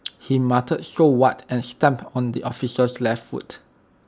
he muttered so what and stamped on the officer's left foot